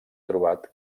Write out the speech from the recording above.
trobat